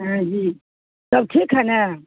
جی سب ٹھیک ہے نا